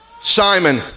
Simon